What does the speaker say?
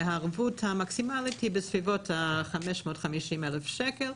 הערבות המקסימלית היא בסביבות ה-550,000 שקל,